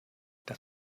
das